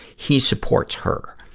he supports her.